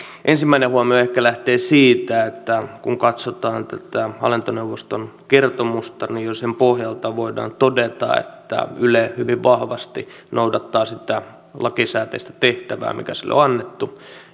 ensimmäinen huomio ehkä lähtee siitä että kun katsotaan tätä hallintoneuvoston kertomusta niin jo sen pohjalta voidaan todeta että yle hyvin vahvasti noudattaa sitä lakisääteistä tehtävää mikä sille on on annettu